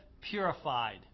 purified